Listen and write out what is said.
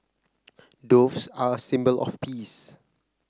doves are a symbol of peace